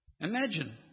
Imagine